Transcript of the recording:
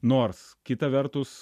nors kita vertus